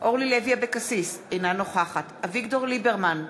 אורלי לוי אבקסיס, אינה נוכחת אביגדור ליברמן,